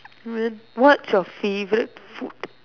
hmm what's your favourite food